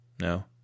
No